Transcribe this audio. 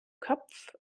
kopf